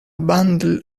bundle